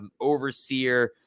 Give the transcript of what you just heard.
overseer